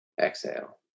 exhale